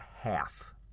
half